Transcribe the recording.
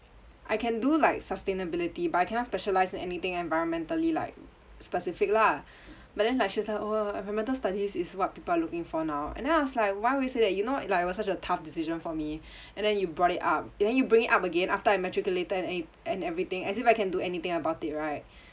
I can do like sustainability but I cannot specialise in anything environmentally like specific lah but then like she's like oh environmental studies is what people are looking for now and then I was like why would you say that you know it like it was such a tough decision for me and then you brought it up and then you bring it up again after I matriculated an~ an~ and everything as if I can do anything about it right